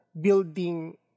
building